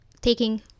taking